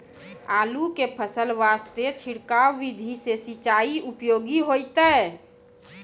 आलू के फसल वास्ते छिड़काव विधि से सिंचाई उपयोगी होइतै?